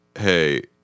hey